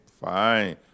fine